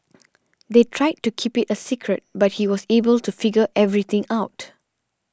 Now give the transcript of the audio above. they tried to keep it a secret but he was able to figure everything out